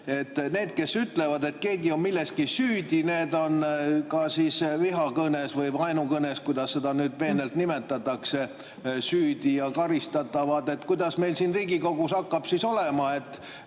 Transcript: need, kes ütlevad, et keegi on milleski süüdi, on ka vihakõnes või vaenukõnes, nagu seda nüüd peenelt nimetatakse, süüdi ja karistatavad. Kuidas meil siin Riigikogus hakkab siis olema?